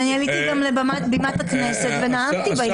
אבל אני עליתי גם לבימת הכנסת ונאמתי בעניין הזה.